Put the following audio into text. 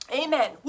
Amen